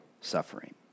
suffering